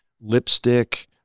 lipstick